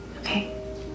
Okay